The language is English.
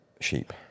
Sheep